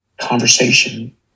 conversation